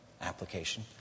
application